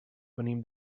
venim